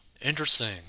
interesting